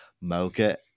Mocha